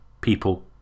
people